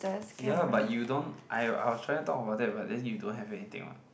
ya but you don't I I was trying to talk about that but you don't have anything what